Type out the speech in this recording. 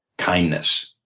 kindness,